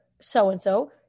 so-and-so